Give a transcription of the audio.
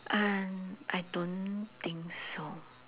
uh I don't think so